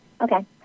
Okay